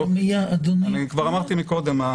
אני כבר אמרתי קודם,